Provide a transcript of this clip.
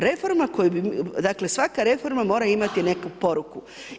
Reforma koju, dakle svaka reforma mora imati neku poruku.